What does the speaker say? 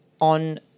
On